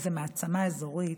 וזו מעצמה אזורית,